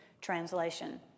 translation